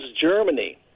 Germany